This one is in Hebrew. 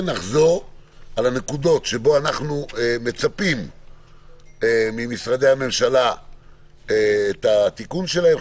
נחזור לנקודות בהן אנחנו מצפים ממשרדי הממשלה לתיקון שלהם.